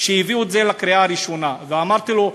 כשהביאו את זה לקריאה הראשונה, ואמרתי לו: